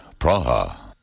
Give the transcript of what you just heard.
Praha